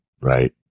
right